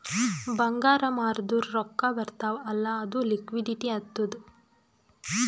ಬಂಗಾರ್ ಮಾರ್ದುರ್ ರೊಕ್ಕಾ ಬರ್ತಾವ್ ಅಲ್ಲ ಅದು ಲಿಕ್ವಿಡಿಟಿ ಆತ್ತುದ್